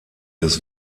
des